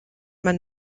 man